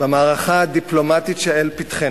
במערכה הדיפלומטית שלפתחנו,